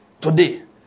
today